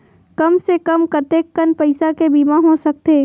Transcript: कम से कम कतेकन पईसा के बीमा हो सकथे?